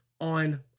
on